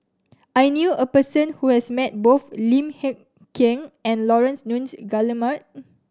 I knew a person who has met both Lim Hng Kiang and Laurence Nunns Guillemard